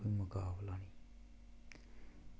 हून मुकाबला